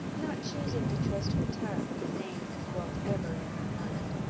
not choosing to trust her tongue with a name that dwelt ever on her heart.